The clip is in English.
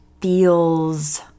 feels